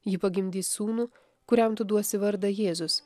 ji pagimdys sūnų kuriam tu duosi vardą jėzus